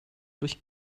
durch